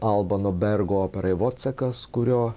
albano bergo operai vocekas kurio